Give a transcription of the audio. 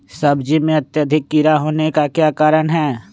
सब्जी में अत्यधिक कीड़ा होने का क्या कारण हैं?